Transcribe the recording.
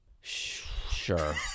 Sure